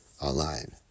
online